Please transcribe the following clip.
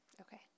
Okay